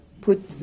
put